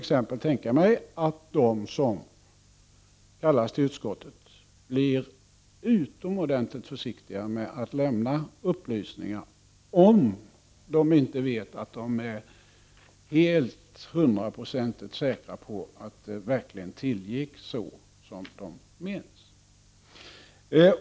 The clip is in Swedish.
Jag kan tänka mig att de som hörs av utskottet blir utomordentligt försiktiga med att lämna upplysningar, om de inte är hundraprocentigt säkra på att det verkligen gick till så som de minns.